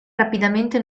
rapidamente